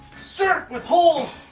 shirt with holes,